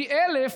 פי אלף,